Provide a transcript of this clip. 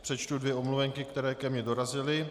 Přečtu dvě omluvenky, které ke mně dorazily.